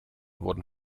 wurden